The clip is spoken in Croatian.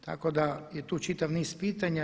Tako da je tu čitav niz pitanja.